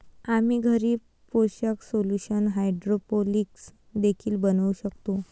आम्ही घरी पोषक सोल्यूशन हायड्रोपोनिक्स देखील बनवू शकतो